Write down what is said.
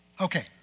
Okay